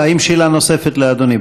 האם שאלה נוספת לאדוני?